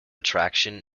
attraction